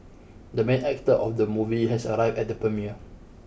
the main actor of the movie has arrived at the premiere